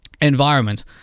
environment